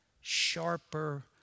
sharper